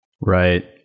right